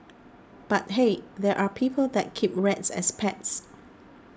but hey there are people that keep rats as pets